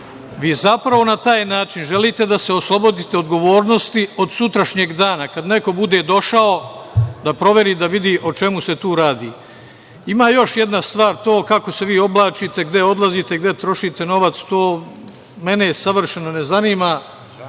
Vi zapravo na taj način želite da se oslobodite odgovornosti od sutrašnjeg dana, kada neko bude došao da proveri, da vidi o čemu se tu radi. Ima još jedna stvar. To kako se vi oblačite, gde odlazite, gde trošite novac, to mene savršeno ne zanima,